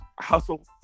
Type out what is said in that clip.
Hustle